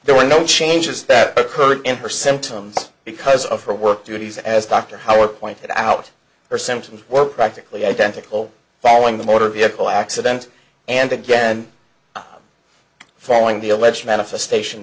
there were no changes that occurred in her symptoms because of her work duties as dr howard pointed out her symptoms were practically identical following the motor vehicle accident and again following the alleged manifestation